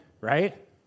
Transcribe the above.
right